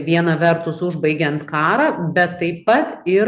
viena vertus užbaigiant karą bet taip pat ir